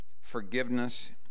forgiveness